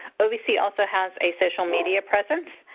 ovc also has a social media presence.